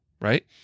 right